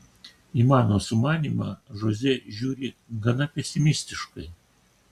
į mano sumanymą žoze žiūri gana pesimistiškai